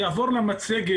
אני אעבור למצגת